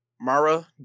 Mara